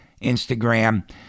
Instagram